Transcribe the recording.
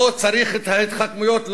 לא צריך את ההתחכמויות,